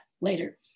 later